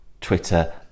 Twitter